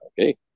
okay